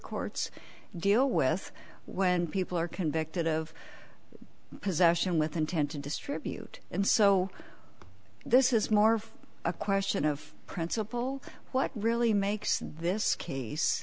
courts deal with when people are convicted of possession with intent to distribute and so this is more a question of principle what really makes this